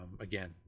again